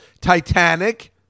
titanic